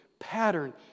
pattern